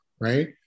Right